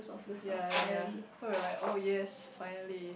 yea yea yea so we're like oh yes finally